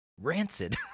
rancid